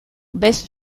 baisse